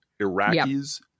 Iraqis